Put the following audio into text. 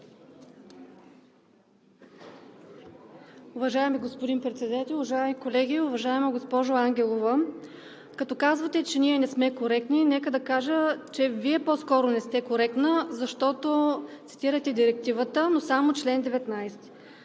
Уважаеми господин Председател, уважаеми колеги! Уважаема госпожо Ангелова, като казвате, че не сме коректни, нека да кажа, че Вие по-скоро не сте коректна, защото цитирате Директивата, но само чл. 19.